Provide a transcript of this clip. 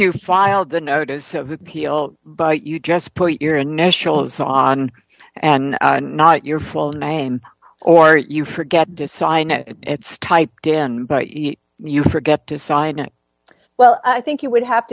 you filed the notice of appeal but you just put your initials on and not your full name or you forget to sign it it's typed in but you forget to sign it well i think you would have